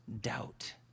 doubt